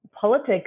politics